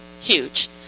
huge